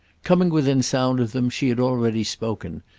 coming within sound of them she had already spoken,